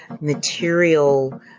material